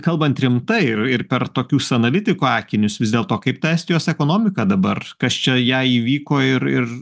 kalbant rimtai ir ir per tokius analitikų akinius vis dėlto kaip ta estijos ekonomika dabar kas čia jai įvyko ir ir